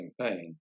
campaign